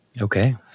Okay